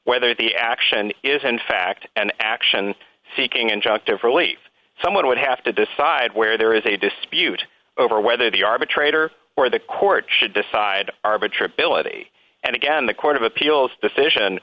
whether the action is in fact an action seeking injunctive relief someone would have to decide where there is a dispute over whether the arbitrator or the court should decide arbitrary ability and again the court of appeals decision